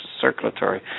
circulatory